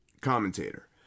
commentator